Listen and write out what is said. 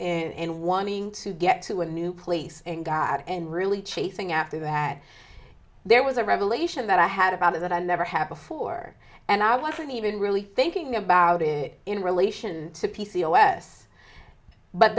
in wanting to get to a new place in god and really chasing after that there was a revelation that i had about it that i never had before and i wasn't even really thinking about it in relation to p c o s but